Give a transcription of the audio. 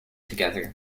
together